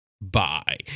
bye